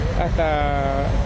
hasta